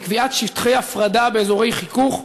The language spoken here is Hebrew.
מקביעת שטחי הפרדה באזורי חיכוך,